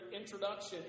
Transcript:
introduction